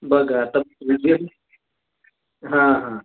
बघा आता हां हां